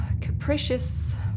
Capricious